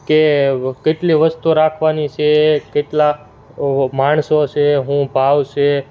કે કેટલી વસ્તુ રાખવાની છે કેટલા માણસો છે શું ભાવ છે